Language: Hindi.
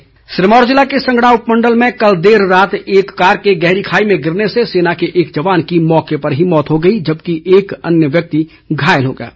दुर्घटना सिरमौर ज़िले के संगड़ाह उपमंडल में कल देर रात एक कार के गहरी खाई में गिरने से सेना के एक जवान की मौके पर ही मौत हो गई जबकि एक अन्य व्यक्ति घायल है